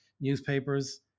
newspapers